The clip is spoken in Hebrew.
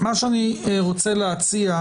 אני רוצה להציע,